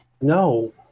no